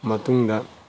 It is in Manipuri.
ꯃꯇꯨꯡꯗ